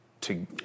to-